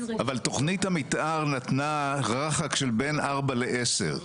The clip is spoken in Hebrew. אבל תוכנית המתאר נתנה רח"ק שבין 4 ל-10.